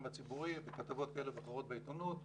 הציבורי בכתבות כאלה ואחרות בעיתונות ובתקשורת.